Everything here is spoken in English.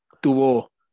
tuvo